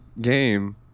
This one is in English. game